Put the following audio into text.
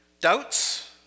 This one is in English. Doubts